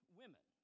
women